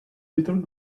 little